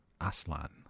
Aslan